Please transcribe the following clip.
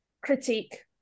critique